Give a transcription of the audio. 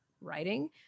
writing